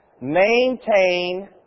Maintain